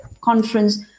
conference